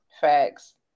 Facts